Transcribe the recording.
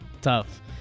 Tough